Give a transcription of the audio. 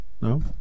No